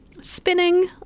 spinning